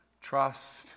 Trust